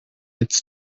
its